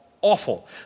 awful